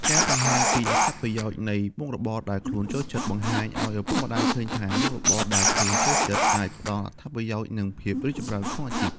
ការបង្ហាញពីអត្ថប្រយោជន៍នៃមុខរបរដែលខ្លួនចូលចិត្ត បង្ហាញឲ្យឪពុកម្ដាយឃើញថាមុខរបរដែលខ្លួនចូលចិត្ត អាចផ្តល់អត្ថប្រយោជន៍ និងភាពរីកចម្រើនក្នុងអាជីព។